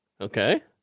okay